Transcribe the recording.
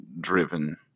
driven